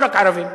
לא רק ערבים,